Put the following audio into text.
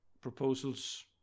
proposals